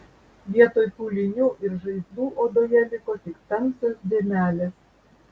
vietoj pūlinių ir žaizdų odoje liko tik tamsios dėmelės